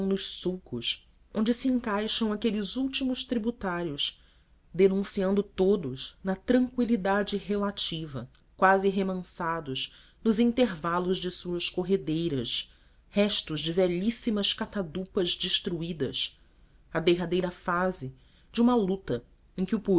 nos sulcos onde se encaixam aqueles últimos tributários denunciando todos na tranqüilidade relativa quase remansados nos intervalos de suas corredeiras restos de velhíssimas catadupas destruídas a derradeira fase de uma luta em que o